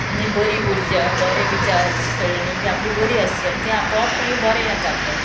आनी बरी उर्जा बरें विचार सरणी बी आपली बरी आसची आनी तें आपोआप मागीर बरें येता आपल्याक